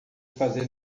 fazer